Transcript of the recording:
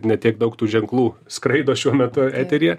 ne tiek daug tų ženklų skraido šiuo metu eteryje